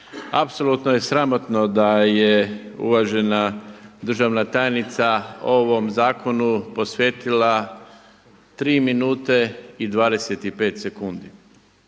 Apsolutno je sramotno da je uvažena državna tajnica ovom zakonu posvetila tri minute i 25 sekundi.